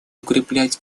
укреплять